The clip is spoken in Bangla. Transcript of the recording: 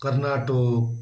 কর্নাটক